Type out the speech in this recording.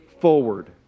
forward